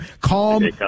Calm